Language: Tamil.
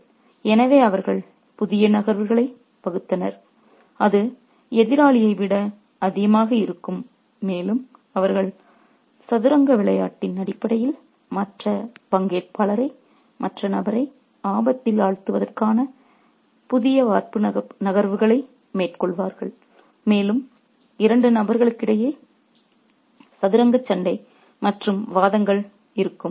' எனவே அவர்கள் புதிய நகர்வுகளை வகுத்தனர் அது எதிராளியை விட அதிகமாக இருக்கும் மேலும் அவர்கள் சதுரங்க விளையாட்டின் அடிப்படையில் மற்ற பங்கேற்பாளரை மற்ற நபரை ஆபத்தில் ஆழ்த்துவதற்கான புதிய வார்ப்பு நகர்வுகளை மேற்கொள்வார்கள் மேலும் இரு நண்பர்களிடையே சதுரங்க சண்டை மற்றும் வாதங்கள் இருக்கும்